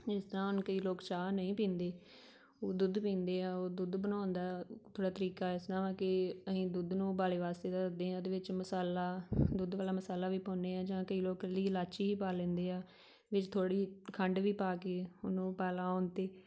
ਜਿਸ ਤਰ੍ਹਾਂ ਹੁਣ ਕਈ ਲੋਕ ਚਾਹ ਨਹੀਂ ਪੀਂਦੇ ਉਹ ਦੁੱਧ ਪੀਂਦੇ ਆ ਉਹ ਦੁੱਧ ਬਣਾਉਣ ਦਾ ਥੋੜ੍ਹਾ ਤਰੀਕਾ ਇਸ ਤਰ੍ਹਾਂ ਵਾ ਕਿ ਅਸੀਂ ਦੁੱਧ ਨੂੰ ਉਬਾਲੀ ਵਾਸਤੇ ਧਰਦੇ ਹਾਂ ਉਹਦੇ ਵਿੱਚ ਮਸਾਲਾ ਦੁੱਧ ਵਾਲਾ ਮਸਾਲਾ ਵੀ ਪਾਉਂਦੇ ਹਾਂ ਜਾਂ ਕਈ ਲੋਕ ਇਕੱਲੀ ਇਲਾਚੀ ਹੀ ਪਾ ਲੈਂਦੇ ਆ ਵਿੱਚ ਥੋੜ੍ਹੀ ਖੰਡ ਵੀ ਪਾ ਕੇ ਉਹਨੂੰ ਉਬਾਲਾ ਆਉਣ 'ਤੇ